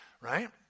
Right